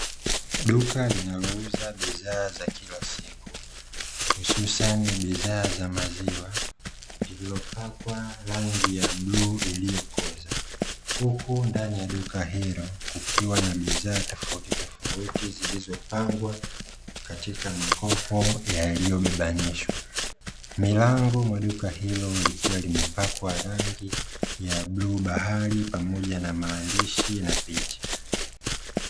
Duka linalouza bidhaa za kila siku hususani bidhaa za maziwa liliopakwa rangi ya bluu iliyokozwa, huku ndani ya duka hilo kukiwa na bidhaa tofautitofauti zilizopangwa katika makopo yaliyobebanishwa, milango mwa duka hilo likiwa limepakwa rangi ya bluu bahari pamoja na maandishi na picha.